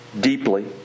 deeply